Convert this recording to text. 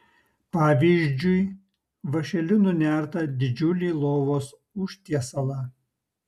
pavyzdžiui vąšeliu nunertą didžiulį lovos užtiesalą